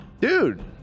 dude